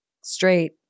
straight